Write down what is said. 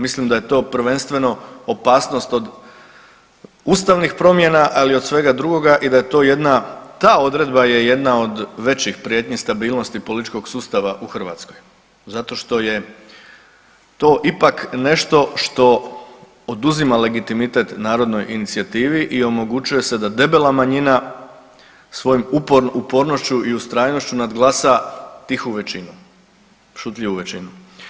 Mislim da je to prvenstveno opasnost od ustavnih promjena, ali i od svega drugoga i da je to jedna, ta odredba je jedna od većih prijetnji stabilnosti političkog sustava u Hrvatskoj zato što je to ipak nešto što oduzima legitimitet narodnoj inicijativi i omogućuje se da debela manjina svojim upornošću i ustrajnošću naglasa tihu većinu, šutljivu većinu.